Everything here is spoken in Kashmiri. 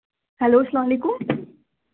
ہیٚلَو سَلام علیکُم